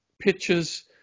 pictures